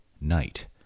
night